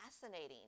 fascinating